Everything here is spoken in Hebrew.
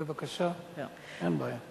בבקשה, אין בעיה.